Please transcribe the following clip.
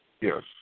Yes